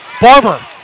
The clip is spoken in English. Barber